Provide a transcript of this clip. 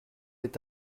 est